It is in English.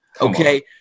okay